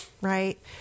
right